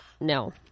no